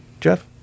Jeff